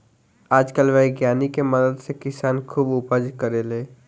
आजकल वैज्ञानिक के मदद से किसान खुब उपज करेले